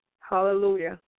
Hallelujah